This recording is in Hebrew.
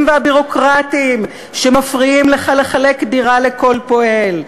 והביורוקרטיים שמפריעים לך לחלק דירה לכל פועל.